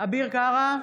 אביר קארה,